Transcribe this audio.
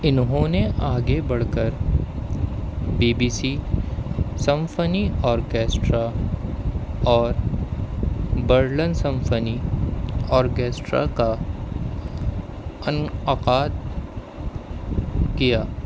انہوں نے آگے بڑھ کر B B C symphony orchestra اور برلن سمفنی آرکسٹرا کا انعقاد کیا